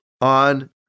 on